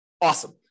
Awesome